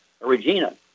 Regina